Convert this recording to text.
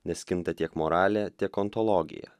nes kinta tiek moralė tiek ontologija